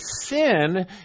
sin